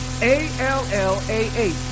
a-l-l-a-h